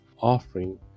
offering